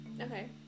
Okay